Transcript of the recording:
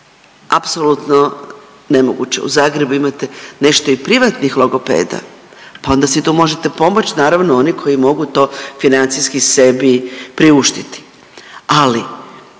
apsolutno nemoguće. U Zagrebu imate nešto i privatnih logopeda, pa onda si tu možete pomoć, naravno oni koji mogu to financijski sebi priuštiti, ali